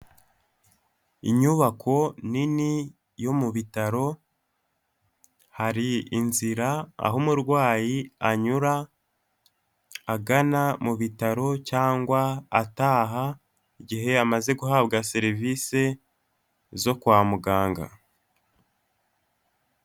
Inyubako nini yo mu bitaro, hari inzira aho umurwayi anyura agana mu bitaro cyangwa ataha, igihe amaze guhabwa serivisi zo kwa muganga.